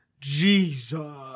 Jesus